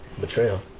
Betrayal